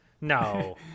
No